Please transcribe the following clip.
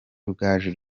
rugaju